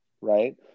right